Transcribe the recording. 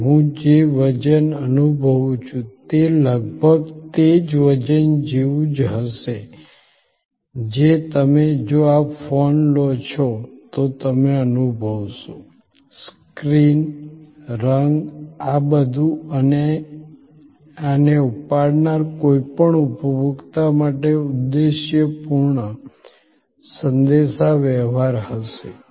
તેથી હું જે વજન અનુભવું છું તે લગભગ તે જ વજન જેવું જ હશે જે તમે જો આ ફોન લો છો તો તમે અનુભવશો સ્ક્રીન રંગ આ બધું આને ઉપાડનાર કોઈપણ ઉપભોક્તા માટે ઉદ્દેશ્યપૂર્ણ સંદેશાવ્યવહાર હશે